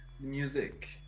Music